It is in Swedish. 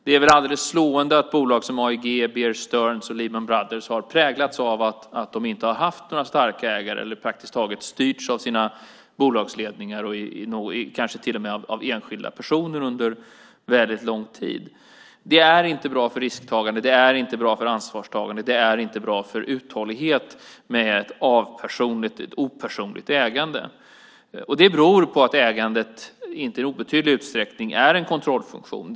Det är väl alldeles slående att bolag som AIG, Bear Stearns och Lehman Brothers har präglats av att de inte har haft några starka ägare eller praktiskt taget styrts av sina bolagsledningar, kanske till och med av enskilda personer under väldigt lång tid. Det är inte bra för risktagande, ansvarstagande eller uthållighet med ett opersonligt ägande. Det beror på att ägandet inte i obetydlig utsträckning är en kontrollfunktion.